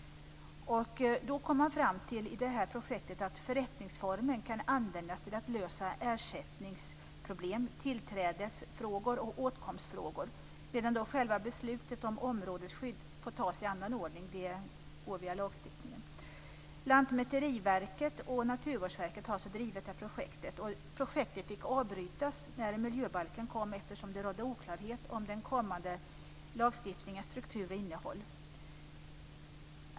Man kom i det här projektet fram till att förrättningsformen kan användas för att lösa ersättningsproblem, tillträdesfrågor och åtkomstfrågor, medan själva beslutet om områdesskydd får tas i annan ordning. Det går via lagstiftningen. Lantmäteriverket och Naturvårdsverket har alltså drivit projektet. Det fick avbrytas när miljöbalken kom eftersom det rådde oklarhet om den kommande lagstiftningens struktur och innehåll.